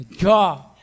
God